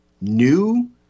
new